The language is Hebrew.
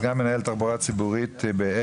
סגן מנהל התחב"צ באגד,